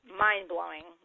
mind-blowing